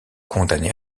condamné